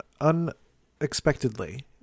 unexpectedly